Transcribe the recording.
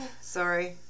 Sorry